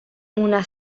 una